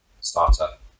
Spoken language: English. startup